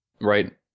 Right